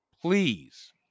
Please